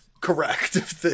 correct